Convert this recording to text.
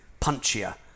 punchier